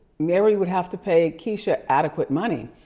mary would have to pay keyshia adequate money.